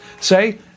say